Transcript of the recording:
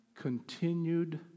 continued